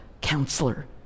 counselor